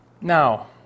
Now